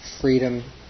freedom